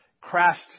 crashed